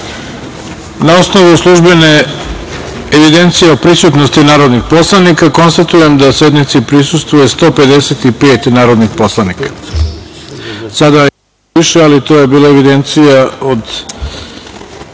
osnovu službene evidencije o prisutnosti narodnih poslanika, konstatujem da sednici prisustvuje 155 narodnih poslanika. Sada je više, ali to je bila evidencija od